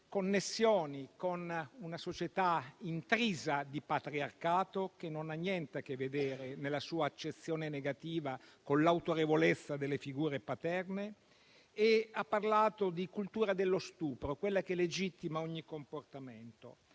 connessioni con una società intrisa di patriarcato, che non ha niente a che vedere, nella sua accezione negativa, con l'autorevolezza delle figure paterne, e ha parlato di cultura dello stupro, quella che legittima ogni comportamento.